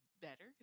better